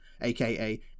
aka